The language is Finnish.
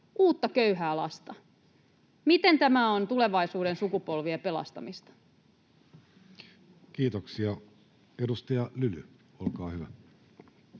uutta köyhää lasta. Miten tämä on tulevaisuuden sukupolvien pelastamista? Kiitoksia. — Edustaja Lyly, olkaa hyvä.